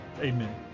Amen